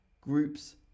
groups